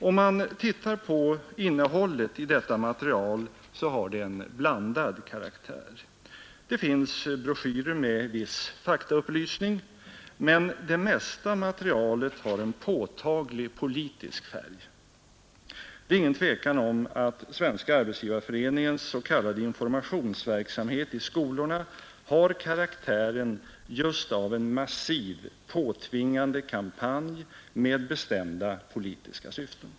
Om man tittar på innehållet i detta material så har det en blandad karaktär. Det finns broschyrer med viss faktaupplysning. Men det mesta materialet har en påtaglig politisk färg. Det är ingen tvekan om att Svenska arbetsgivareföreningens s.k. informationsverksamhet i skolorna har karaktären just av en massiv, påtvingande kampanj med bestämda politiska syften.